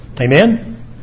Amen